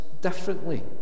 differently